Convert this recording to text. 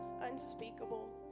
unspeakable